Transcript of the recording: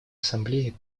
ассамблеи